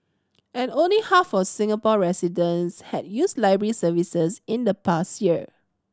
and only half of Singapore residents had used library services in the past year